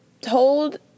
told